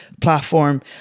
platform